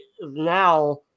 now